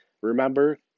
Remember